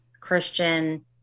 christian